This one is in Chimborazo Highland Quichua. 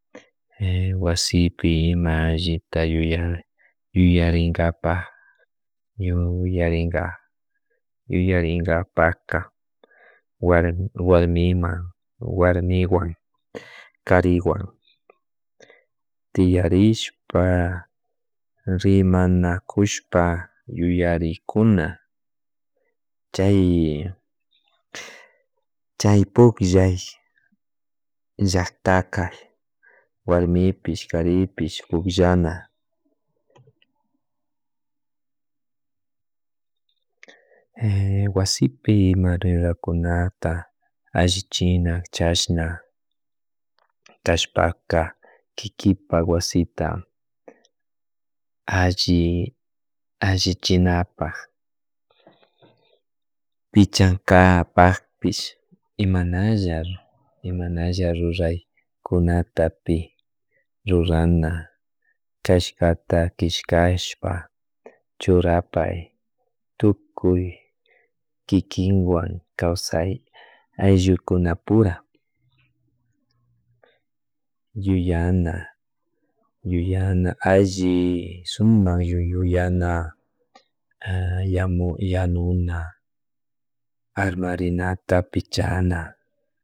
wasipi ima allita yuyay yuyarinkapak yurikak yuyarinkapak warmiwan warmiwan kariwan tiyarishpa rimanakunshpa yuyarikuna chay chay pukllay llaktaka warmipish karipish pukllana wasipi ima rurakunta allichina chashna cashpaka kikinpak wasita alli alli chinapak, pichankapakpish imanalla imalla ruraykunatapi rurana chashkata killcashpa churapay tukuy kikinkawan kawsay ayllukunapura yuyana yuyana alli sumak yuyana yanuna armarinata pichana